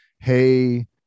hey